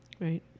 Right